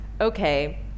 okay